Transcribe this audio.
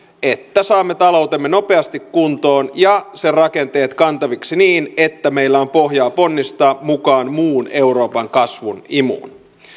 että saamme taloutemme nopeasti kuntoon ja sen rakenteet kantaviksi niin että meillä on pohjaa ponnistaa mukaan muun euroopan kasvun imuun